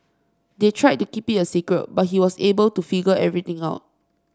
they tried to keep it a secret but he was able to figure everything out